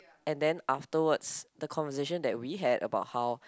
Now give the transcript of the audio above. and then afterwards the conversation that we had about how